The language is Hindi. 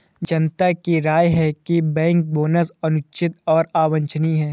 जनता की राय है कि बैंक बोनस अनुचित और अवांछनीय है